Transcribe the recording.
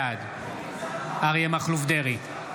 בעד אריה מכלוף דרעי,